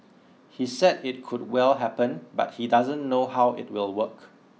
he said it could well happen but he doesn't know how it will work